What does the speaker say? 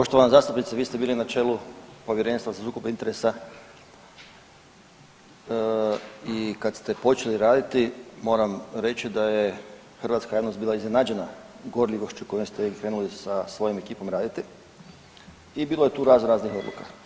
Poštovana zastupnice, vi ste bili na čelu povjerenstva za sukob interesa i kad ste počeli raditi moram reći da je hrvatska javnost bila iznenađena gorljivošću kojom ste vi krenuli sa svojom ekipom raditi i bilo je tu raznoraznih odluka.